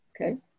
okay